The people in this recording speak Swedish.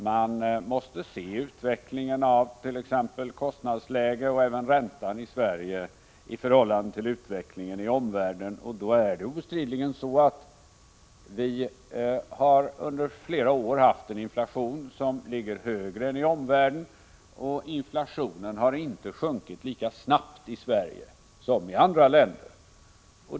Man måste se utvecklingen av t.ex. kostnadsläget och även räntan i Sverige i förhållande till utvecklingen i omvärlden, och då finner man att det obestridligen är så att vi under flera år har haft en inflation som ligger högre än i omvärlden och att inflationen inte har sjunkit lika snabbt i Sverige som i andra länder.